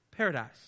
paradise